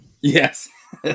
Yes